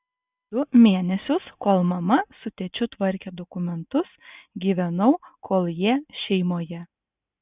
du mėnesius kol mama su tėčiu tvarkė dokumentus gyvenau koljė šeimoje